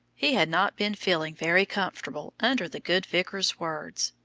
he had not been feeling very comfortable under the good vicar's words.